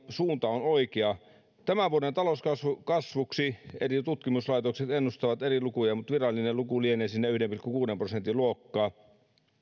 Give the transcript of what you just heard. suunta on oikea tämän vuoden talouskasvuksi eri tutkimuslaitokset ennustavat eri lukuja mutta virallinen luku lienee siinä yhden pilkku kuuden prosentin luokkaa